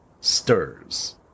stirs